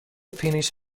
finish